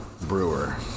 Brewer